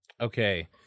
Okay